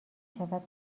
شود